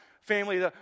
family